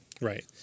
Right